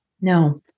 No